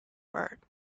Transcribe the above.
bert